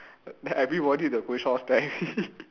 then everybody at the coffeeshop all staring